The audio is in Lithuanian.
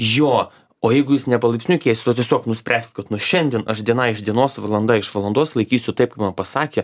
jo o jeigu jūs ne palaipsniui keisit o tiesiog nuspręsit kad nuo šiandien aš diena iš dienos valanda iš valandos laikysiu taip kaip man pasakė